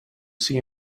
see